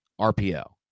RPO